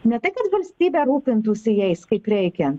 ne tai kad valstybė rūpintųsi jais kaip reikia